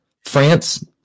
France